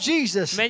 Jesus